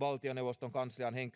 valtioneuvoston kanslian